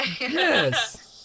yes